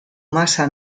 masa